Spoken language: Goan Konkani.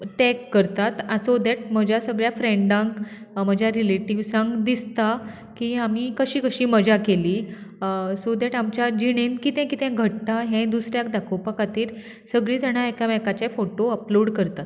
तॅग करतात आचो सो दॅट म्हज्या सगळ्या फ्रॅण्डांक म्हज्या रिलेटिव्जांक दिसता की आमी कशी कशी मजा केली सो दॅट आमच्या जिणेंत कितें कितें घडटा हें दुसऱ्याक दाखोवपा खातीर सगळीं जाणां एकामेकाचे फोटो अपलोड करतात